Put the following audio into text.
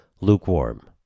lukewarm